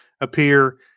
appear